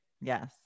Yes